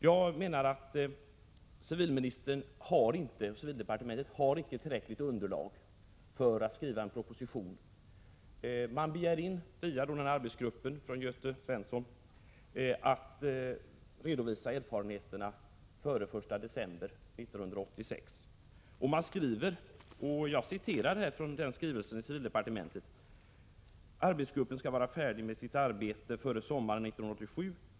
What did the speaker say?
Jag menar att civildepartementet icke har tillräckligt underlag för att skriva en proposition. Via arbetsgruppen och Göte Svenson begär man in en redovisning av erfarenheterna före den 1 december 1986. Man skriver: ”Arbetsgruppen skall vara färdig med sitt arbete före sommaren 1987.